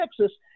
Texas